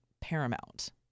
paramount